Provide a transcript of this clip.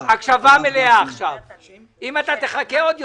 כסף אמיתי בחיילים המשוחררים שמצבם קשה ביותר.